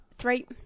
Three